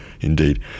Indeed